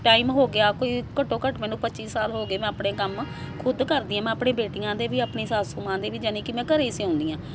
time ਹੋ ਗਿਆ ਕੋਈ ਘੱਟੋ ਘੱਟ ਮੈਨੂੰ ਪੱਚੀ ਸਾਲ ਹੋ ਗਏ ਮੈਂ ਆਪਣੇ ਕੰਮ ਖੁਦ ਕਰਦੀ ਹਾਂ ਮੈਂ ਆਪਣੀ ਬੇਟੀਆਂ ਦੇ ਵੀ ਆਪਣੀ ਸਾਸੂ ਮਾਂ ਦੇ ਵੀ ਯਾਨੀ ਕਿ ਮੈਂ ਘਰ ਸਿਉਂਦੀ ਹਾਂ